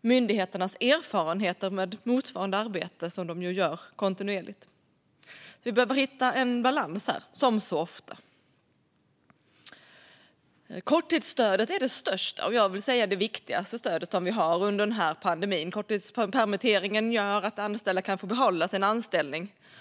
myndigheternas erfarenheter av motsvarande arbete som de gör kontinuerligt. Vi behöver, som så ofta, hitta en balans. Korttidsstödet är det största och det viktigaste som vi har under denna pandemi. Korttidspermitteringarna gör att anställda kan få behålla sin anställning.